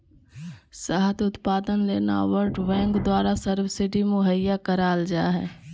शहद उत्पादन ले नाबार्ड बैंक द्वारा सब्सिडी मुहैया कराल जा हय